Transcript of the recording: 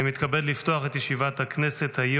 אני מתכבד לפתוח את ישיבת הכנסת.